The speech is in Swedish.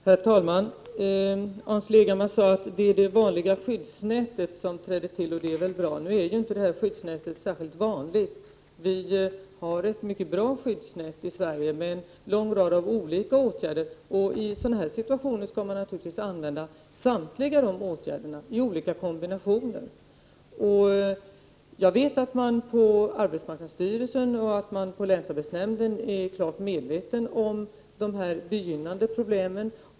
Herr talman! Hans Leghammar sade att det är det vanliga skyddsnätet som träder till och att det väl är bra. Nu är inte detta skyddsnät särskilt vanligt. Vi har ett mycket bra skyddsnät i Sverige med en lång rad olika åtgärder. Och i sådana situationer skall man naturligtvis använda samtliga dessa åtgärder i olika kombinationer. Jag vet att man på arbetsmarknadsstyrelsen och på länsarbetsnämnden är klart medveten om dessa begynnande problem.